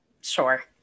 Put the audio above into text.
Sure